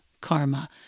karma